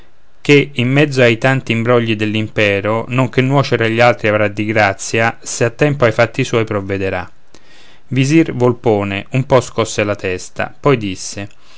ché in mezzo ai tanti imbrogli dell'impero non che nuocere agli altri avrà di grazia se a tempo ai fatti suoi provvederà visir volpone un po scosse la testa poi disse